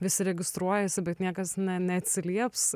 visi registruojasi bet niekas ne neatsilieps